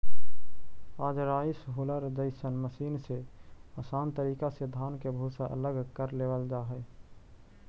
आज rice huller जइसन machine से आसान तरीका से धान के भूसा अलग कर लेवल जा हई